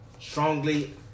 strongly